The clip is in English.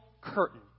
curtain